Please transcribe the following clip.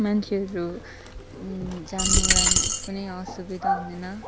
मान्छेहरू जानुलाई कुनै असुविधा हुँदैन